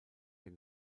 der